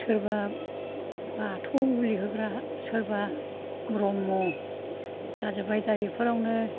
सोरबा बाथौ बोलि होग्रा सोरबा ब्रह्म जाजोबबाय दा बेफोरावनो